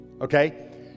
okay